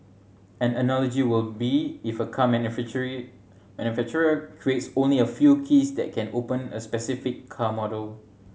an analogy will be if a car manufacture manufacturer creates only a few keys that can open a specific car model